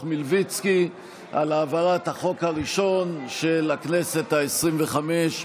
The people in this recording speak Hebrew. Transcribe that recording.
מלביצקי על העברת החוק הראשון של הכנסת העשרים-וחמש,